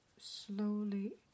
slowly